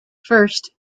first